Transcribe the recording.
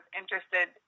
interested